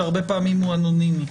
שהרבה פעמים הוא אנונימי.